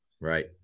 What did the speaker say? right